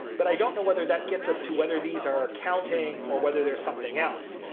but i don't know whether that gets us to whether these are accounting or whether they're something else.